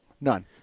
None